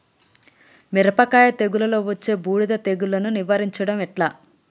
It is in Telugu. మిరపకాయ తెగుళ్లలో వచ్చే బూడిది తెగుళ్లను నివారించడం ఎట్లా?